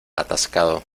atascado